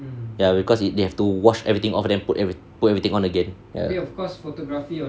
ya because they have to wash everything off then put put everything on again ya